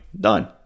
Done